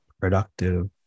productive